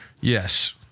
Yes